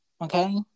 Okay